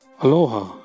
Aloha